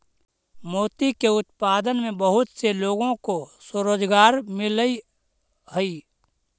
मोती के उत्पादन में बहुत से लोगों को स्वरोजगार मिलअ हई